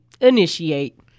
initiate